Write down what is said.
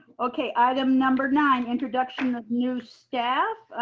okay. item number nine, introduction of new staff,